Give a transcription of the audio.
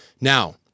Now